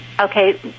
Okay